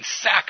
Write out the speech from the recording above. sack